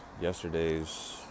yesterday's